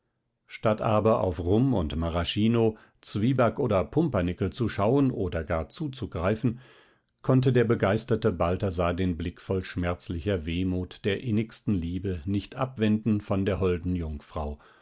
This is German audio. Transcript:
statt aber auf rum und maraschino zwieback oder pumpernickel zu schauen oder gar zuzugreifen konnte der begeisterte balthasar den blick voll schmerzlicher wehmut der innigsten liebe nicht abwenden von der holden jungfrau